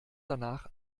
danach